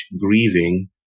grieving